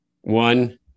One